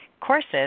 courses